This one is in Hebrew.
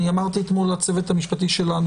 אמרתי אתמול לצוות המשפטי שלנו,